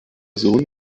sohn